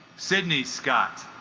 sydney scott